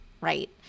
right